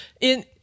In-